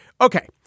Okay